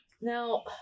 Now